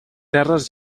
terres